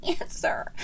answer